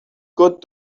good